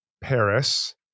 Paris